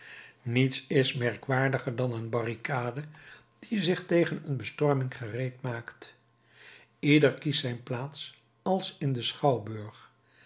niets is merkwaardiger dan een barricade die zich tegen een bestorming gereed maakt ieder kiest zijn plaats als in den schouwburg